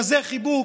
כזה חיבוק,